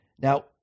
Now